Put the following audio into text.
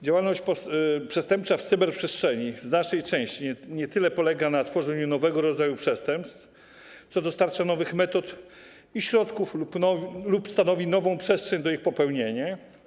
Działalność przestępcza w cyberprzestrzeni w znacznej części nie tyle polega na tworzeniu nowego rodzaju przestępstw, co dostarcza nowych metod i środków lub stanowi nową przestrzeń do ich popełnienia.